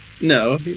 No